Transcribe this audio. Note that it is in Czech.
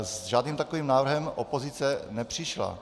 S žádným takovým návrhem opozice nepřišla.